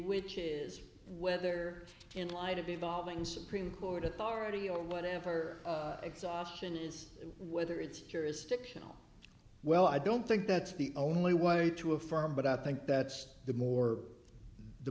which is whether in light of evolving supreme court authority or whatever exhaustion is whether it's jurisdictional well i don't think that's the only way to affirm but i think that's the more the